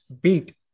beat